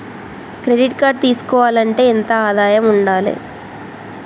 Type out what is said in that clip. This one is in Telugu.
క్రెడిట్ కార్డు తీసుకోవాలంటే ఎంత ఆదాయం ఉండాలే?